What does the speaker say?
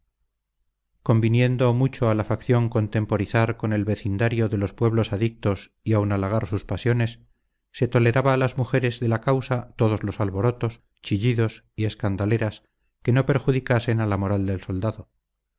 conviniendo mucho a la facción contemporizar con el vecindario de los pueblos adictos y aun halagar sus pasiones se toleraba a las mujeres de la causa todos los alborotos chillidos y escandaleras que no perjudicasen a la moral del soldado